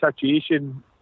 situation